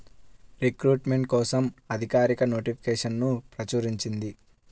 recruitment కోసం అధికారిక నోటిఫికేషన్ను ప్రచురించింది